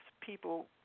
people